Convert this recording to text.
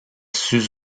sus